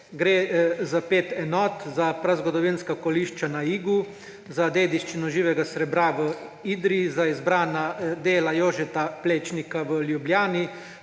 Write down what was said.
Gre za pet enot: za prazgodovinska kolišča na Igu, za dediščino živega srebra v Idriji, za izbrana dela Jožeta Plečnika v Ljubljani,